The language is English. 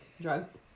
Drugs